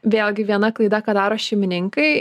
vėlgi viena klaida ką daro šeimininkai